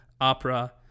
opera